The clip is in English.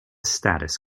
status